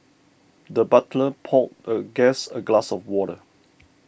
the butler poured a guest a glass of water